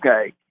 okay